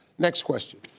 next question.